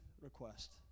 request